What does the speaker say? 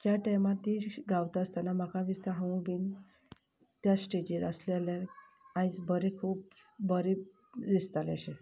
ज्या टायमार ती गायता आसतना म्हाका दिसता हांवूं बीन त्या स्टेजीर आसलें जाल्यार आयज बरें खूब बरें दिसतालें अशें